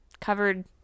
covered